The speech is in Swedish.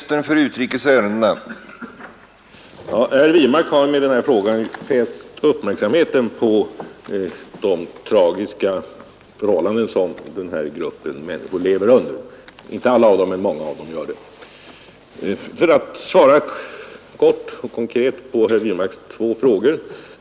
Herr talman! Herr Wirmark har med denna fråga fäst uppmärksamheten på de tragiska förhållanden som den här gruppen människor — inte alla, men många av dem — lever under. Jag skall svara kort och konkret på herr Wirmarks frågor.